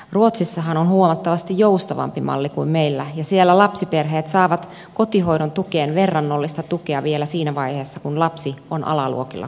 ruotsissahan on huomattavasti joustavampi malli kuin meillä ja siellä lapsiperheet saavat kotihoidon tukeen verrannollista tukea vielä siinä vaiheessa kun lapsi on alaluokilla koulussa